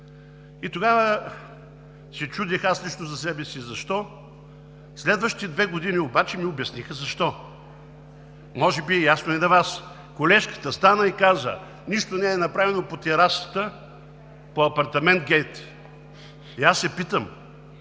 И тогава се чудех аз лично за себе си защо. Следващите две години обаче ми обясниха защо. Може би ясно е и на Вас. Колежката стана и каза: „Нищо не е направено по терасата, по Апартаментгейт.“ И аз се питам: